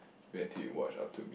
wait until you watch up to me